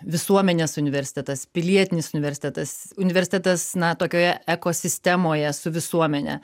visuomenės universitetas pilietinis universitetas universitetas na tokioje ekosistemoje su visuomene